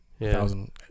thousand